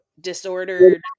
disordered